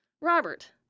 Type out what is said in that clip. Robert